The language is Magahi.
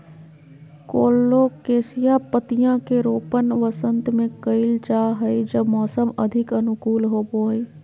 कोलोकेशिया पत्तियां के रोपण वसंत में कइल जा हइ जब मौसम अधिक अनुकूल होबो हइ